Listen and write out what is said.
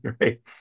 right